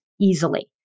easily